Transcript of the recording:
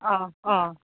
अ अ